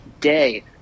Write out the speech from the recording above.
day